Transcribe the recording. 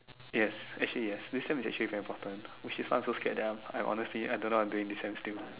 yes actually yes this sem is actually very important which is why I'm so scared that I'm I'm honestly I don't know what I'm doing this sem still